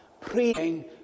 praying